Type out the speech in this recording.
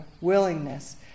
willingness